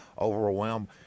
overwhelmed